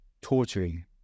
torturing